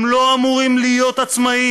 הם לא אמורים להיות עצמאיים,